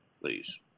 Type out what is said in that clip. Please